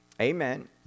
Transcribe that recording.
Amen